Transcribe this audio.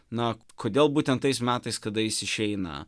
na kodėl būtent tais metais kada jis išeina